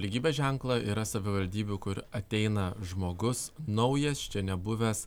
lygybės ženklą yra savivaldybių kur ateina žmogus naujas čia nebuvęs